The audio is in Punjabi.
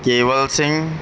ਕੇਵਲ ਸਿੰਘ